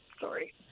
sorry